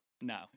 No